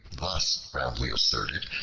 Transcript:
thus roundly asserted,